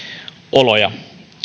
oloja